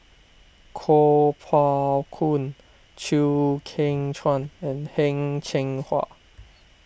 Kuo Pao Kun Chew Kheng Chuan and Heng Cheng Hwa